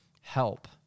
help